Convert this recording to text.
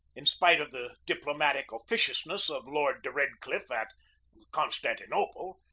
in spite of the diplomatic officiousness of lord de redcliffe at constantinople,